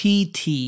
PT